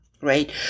right